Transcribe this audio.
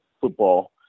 football